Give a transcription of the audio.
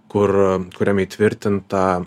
kur kuriam įtvirtinta